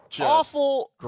awful